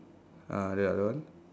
uh the other